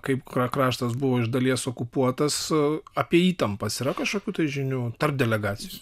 kaip ka kraštas buvo iš dalies okupuotas apie įtampas yra kažkokių tai žinių tarp delegacijų